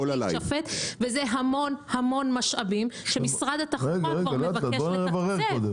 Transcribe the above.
להישפט וזה המון המון משאבים שמשרד התחבורה כבר מבקש לתקצב.